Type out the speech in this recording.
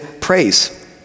praise